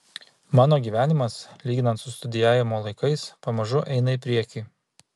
mano gyvenimas lyginant su studijavimo laikais pamažu eina į priekį